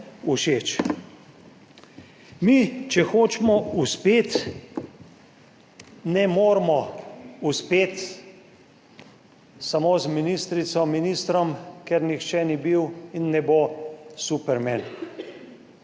Mi, če hočemo uspeti, ne moremo uspeti samo z ministrico, ministrom, ker nihče ni bil in ne bo superman.